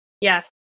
Yes